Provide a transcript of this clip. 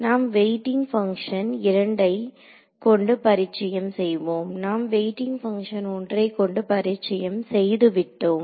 நாம் weighting function 2 ஐ கொண்டு பரிச்சயம் செய்வோம் நாம் வெயிட்டிங் பங்க்ஷன் 1 ஐ கொண்டு பரிச்சயம் செய்து விட்டோம்